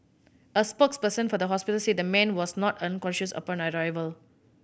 a spokesperson for the hospital said the man was not unconscious upon arrival